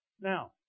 Now